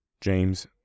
James